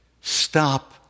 stop